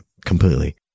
completely